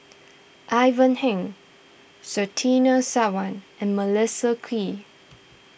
Ivan Heng Surtini Sarwan and Melissa Kwee